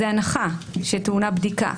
זו הנחה שטעונה בדיקה.